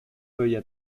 feuilles